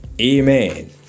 Amen